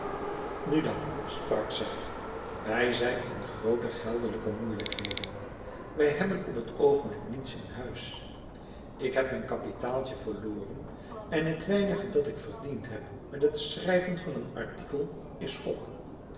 nu dan sprak zij wij zijn in groote geldelijke moeilijkheden wij hebben op het oogenblik niets in huis ik heb mijn kapitaaltje verloren en het weinigje wat ik verdiend heb met het schrijven van een artikel is op